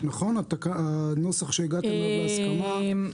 הנוסח שהגעתם אליו להסכמה.